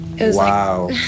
Wow